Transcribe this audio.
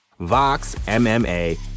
VoxMMA